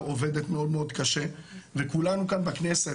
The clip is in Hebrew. עובדת מאוד מאוד קשה וכולנו כאן בכנסת,